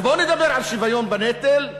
אז בואו נדבר על שוויון בנטל,